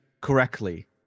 correctly